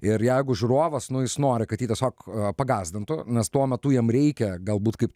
ir jeigu žiūrovas nu jis nori kad jį tiesiog pagąsdintų nes tuo metu jam reikia galbūt kaip